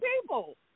people